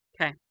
Okay